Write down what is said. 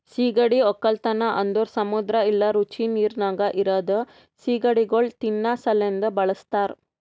ಸೀಗಡಿ ಒಕ್ಕಲತನ ಅಂದುರ್ ಸಮುದ್ರ ಇಲ್ಲಾ ರುಚಿ ನೀರಿನಾಗ್ ಇರದ್ ಸೀಗಡಿಗೊಳ್ ತಿನ್ನಾ ಸಲೆಂದ್ ಬಳಸ್ತಾರ್